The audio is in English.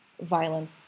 violence